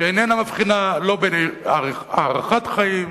שאיננה מבחינה לא בין הארכת חיים,